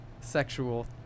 sexual